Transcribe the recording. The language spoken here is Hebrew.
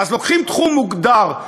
אז לוקחים תחום מוגדר,